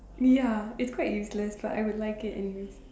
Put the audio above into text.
ya it's quite useless but I would like it anyway